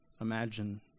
Imagine